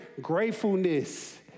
gratefulness